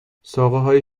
ساقههای